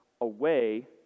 away